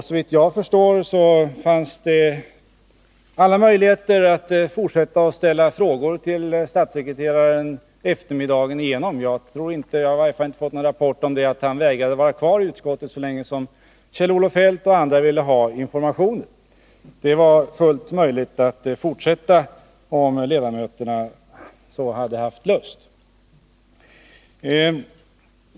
Såvitt jag förstår fanns det alla möjligheter att ställa frågor till statssekreteraren eftermiddagen igenom; i varje fall har jag inte fått någon rapport om att han vägrade vara kvar i utskottet så länge som Kjell-Olof Feldt och andra villé ha informationer. Det hade varit fullt möjligt att fortsätta, om ledamöterna hade haft lust.